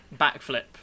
Backflip